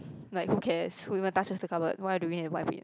like who cares who even touches the cupboard why do we have to wipe it